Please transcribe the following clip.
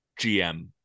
GM